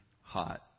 hot